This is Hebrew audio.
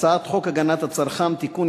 הצעת חוק הגנת הצרכן (תיקון,